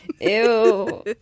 Ew